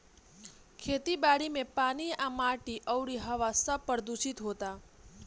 खेती बारी मे पानी आ माटी अउरी हवा सब प्रदूशीत होता